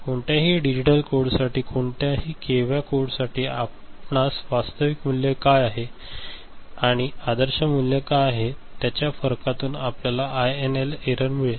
कोणत्याही डिजिटल कोडसाठी कोणत्याही के व्या कोडसाठी आपणास वास्तविक मूल्य काय आहे आणि आदर्श मूल्य काय आहे त्याच्या फरकातून आपल्याला आयएनएल एरर मिळेल